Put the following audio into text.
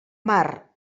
mar